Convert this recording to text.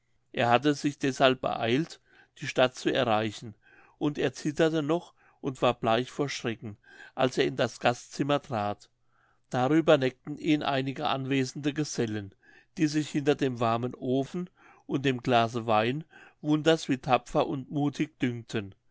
er hatte sich deshalben beeilt die stadt zu erreichen und er zitterte noch und war bleich vor schrecken als er in das gastzimmer trat darüber neckten ihn einige anwesende gesellen die sich hinter dem warmen ofen und dem glase wein wunders wie tapfer und muthig dünkten